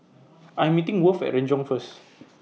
I'm meeting Worth At Renjong First